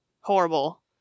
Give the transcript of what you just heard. Horrible